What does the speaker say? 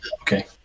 okay